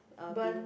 burn